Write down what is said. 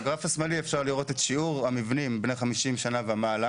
בגרף השמאלי אפשר לראות את שיעור המבנים בני 50 שנה ומעלה